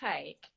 take